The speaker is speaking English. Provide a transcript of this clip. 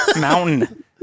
Mountain